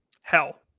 hell